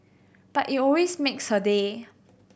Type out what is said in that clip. but it always makes her day